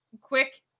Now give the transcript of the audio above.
quick